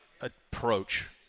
approach